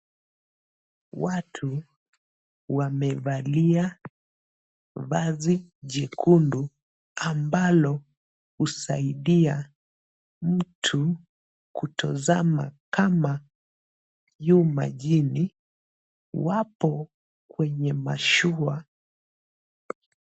Watu wamevalia vazi jekundu ambalo husaidia mtu kutozama kama yu majini. Wapo kwenye mashua.